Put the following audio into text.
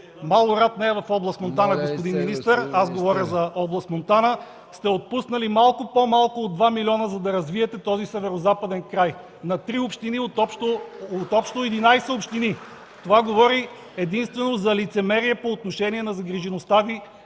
Малорад не е в област Монтана, господин министър, аз говоря за област Монтана, сте отпуснали малко по-малко от 2 милиона, за да развиете този Северозападен край – на три общини от общо 11 общини. Това говори единствено за лицемерие по отношение загрижеността